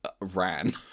ran